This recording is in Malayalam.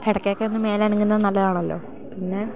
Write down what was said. ഇടയ്ക്കൊക്കെ ഒന്ന് മേലനങ്ങുന്നത് നല്ലതാണല്ലോ പിന്നെ